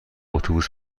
اتوبوس